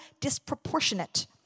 disproportionate